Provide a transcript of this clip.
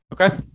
Okay